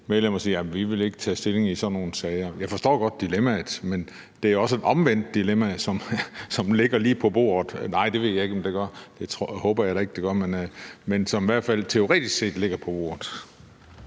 medlemmer siger: Vi vil ikke tage stilling i sådan nogle sager. Jeg forstår godt dilemmaet, men det er også et omvendt dilemma, som ligger lige på bordet; eller nej, det ved jeg ikke om det gør – det håber jeg da ikke at det gør – men det ligger i hvert fald teoretisk set på bordet.